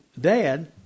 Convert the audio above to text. dad